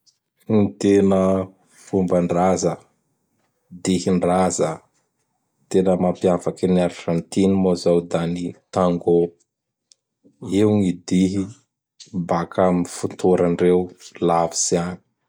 Gny tena fomban-draza; dihindraza tena mapiavaky an'i Argentine moa zao da ny Tangô. Io gny dihy baka am fotorandreo lavitsy agny.